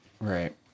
right